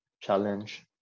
challenge